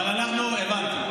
הבנתי.